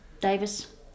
Davis